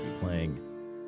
playing